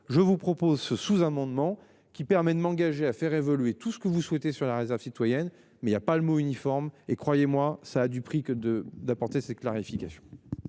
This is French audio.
Je vous propose ce sous-amendement qui permet de m'engager à faire évoluer tout ce que vous souhaitez sur la réserve citoyenne mais il y a pas le mot uniforme et croyez-moi, ça a du prix que de d'apporter ces clarifications.